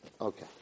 Okay